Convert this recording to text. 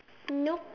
nope